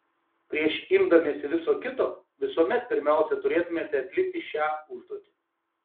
prieš imdamiesi viso kito visuomet pirmiausia turėtumėte atlikti šią užduotį